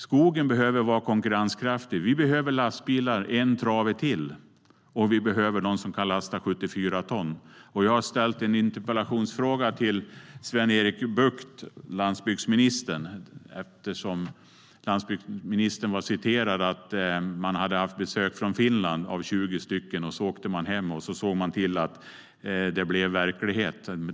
Skogen behöver vara konkurrenskraftig. Vi behöver ETT-lastbilar - En trave till - och vi behöver bilar som kan lasta 74 ton. Jag har ställt en interpellation till landsbygdsminister Sven-Erik Bucht, eftersom landsbygdsministern talade om att man hade haft besök från Finland av 20 personer. De åkte hem och såg till att detta blev verklighet.